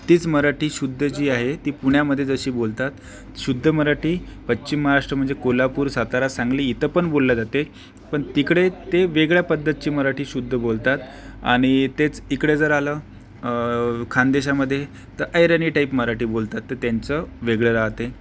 तीच मराठी शुद्ध जी आहे ती पुण्यामध्ये जशी बोलतात शुध्द मराठी पश्चिम महाराष्ट्र म्हणजे कोल्हापूर सातारा सांगली इथं पण बोलली जाते पण तिकडे ते वेगळ्या पद्धतची मराठी शुद्ध बोलतात आणि तेच इकडे जर आलं खानदेशामध्ये तर अहिराणी टाईप मराठी बोलतात तर त्यांचं वेगळं राहते